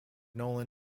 nolan